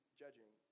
judging